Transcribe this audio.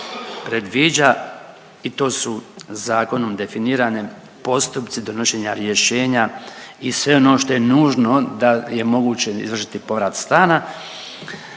predviđa i to su zakonom definirani postupci donošenja rješenja i sve ono što je nužno da je moguće izvršiti povrat stana.